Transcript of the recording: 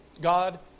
God